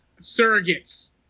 Surrogates